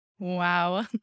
Wow